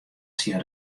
syn